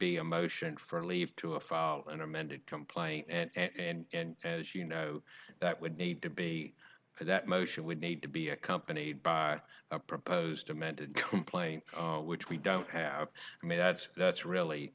be a motion for leave to a file an amended complaint and as you know that would need to be that motion would need to be accompanied by a proposed amended complaint which we don't have i mean that's that's really